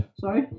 Sorry